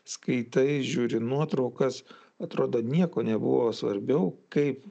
skaitai žiūri nuotraukas atrodo nieko nebuvo svarbiau kaip